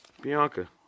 Bianca